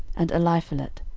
and eliphelet,